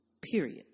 Period